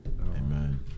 amen